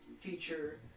feature